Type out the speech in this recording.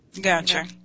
Gotcha